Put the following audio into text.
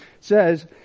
says